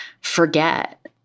forget